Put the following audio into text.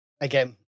again